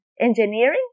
engineering